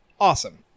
Awesome